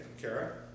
Kara